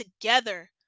together